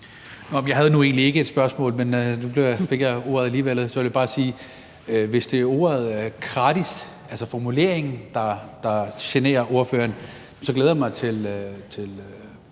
jeg havde ikke et spørgsmål, men nu fik jeg ordet alligevel. Og så ville jeg bare sige, at hvis det nu er ordet gratis, altså formuleringen, der generer ordfører, så glæder jeg mig til